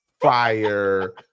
fire